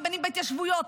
רבנים בהתיישבויות,